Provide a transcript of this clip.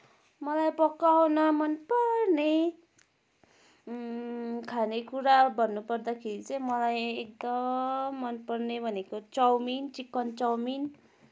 मलाई पकाउन मनपर्ने खानेकुरा भन्नुपर्दाखेरि चाहिँ मलाई एकदम मनपर्ने भनेको चाउमिन चिकन चाउमिन